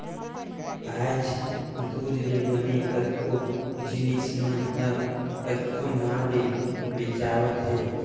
आयज दूद ले बने कतको जिनिस मन ह कतको नांव ले बेंचावत हे